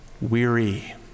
weary